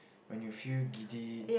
when you feel giddy